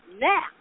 Now